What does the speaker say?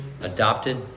adopted